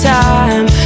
time